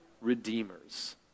redeemers